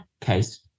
case